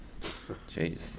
Jeez